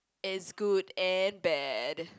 is good and bad